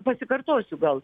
pasikartosiu gal